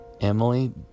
emily